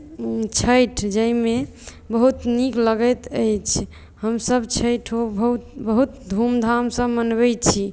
छठि जाहिमे बहुत नीक लगैत अछि हमसभ छठिओ बहुत बहुत धूम धामसँ मनबैत छी